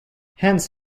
hence